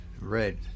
Red